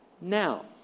now